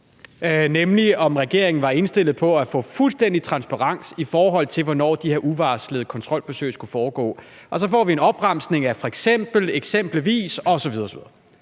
nemlig om regeringen var indstillet på at få fuldstændig transparens, i forhold til hvornår de her uvarslede kontrolbesøg skulle foregå. Så får vi en opremsning, hvor